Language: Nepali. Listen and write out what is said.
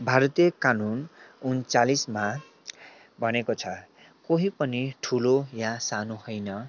भारतीय कानुन उन्चालीसमा भनेको छ कोही पनि ठुलो या सानो होइन